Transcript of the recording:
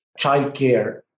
childcare